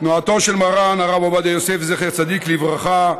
תנועתו של מרן הרב עובדיה יוסף, זכר צדיק לברכה,